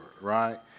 right